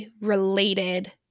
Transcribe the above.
related